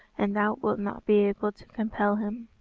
and thou wilt not be able to compel him.